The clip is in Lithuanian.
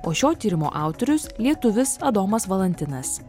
o šio tyrimo autorius lietuvis adomas valantinas